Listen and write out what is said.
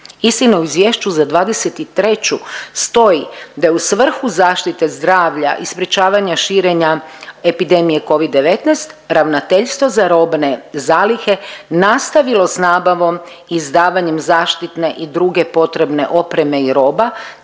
Istina u izvješću za '23. stoji da u svrhu zaštite zdravlja i sprječavanja širenja epidemije Covid-19 Ravnateljstvo za robne zalihe nastavilo s nabavom, izdavanjem zaštitne i druge potrebne opreme i roba